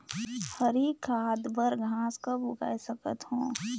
हरी खाद बर घास कब उगाय सकत हो?